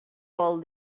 vol